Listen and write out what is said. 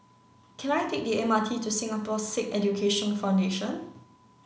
can I take the M R T to Singapore Sikh Education Foundation